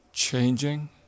changing